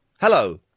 Hello